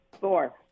Four